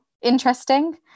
interesting